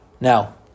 Now